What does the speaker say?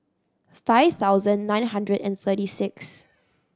five thousand nine hundred and thirty six